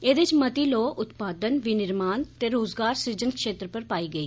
जेदे च मती लौ उत्पादन विनिर्माण ते रोजुगार सृजन क्षेत्र पर पाई गेई